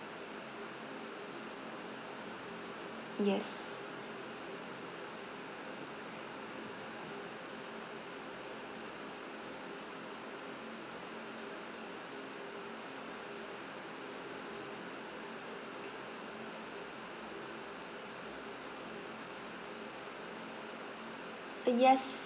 yes uh yes